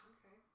Okay